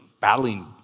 battling